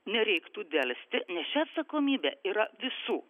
nereiktų delsti nes čia atsakomybė yra visų